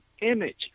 image